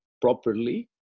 properly